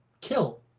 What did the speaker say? kill